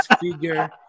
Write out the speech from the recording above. figure